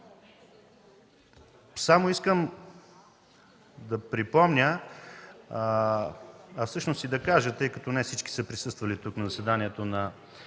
39. Искам да припомня, а всъщност и да кажа, тъй като не всички са присъствали на заседанието на